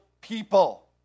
people